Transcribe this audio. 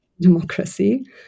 democracy